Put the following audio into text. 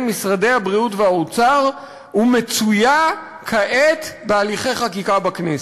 משרדי הבריאות והאוצר ומצויה כעת בהליכי חקיקה בכנסת".